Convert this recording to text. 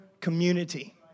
community